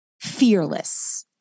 fearless